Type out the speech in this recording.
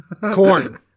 Corn